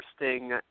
interesting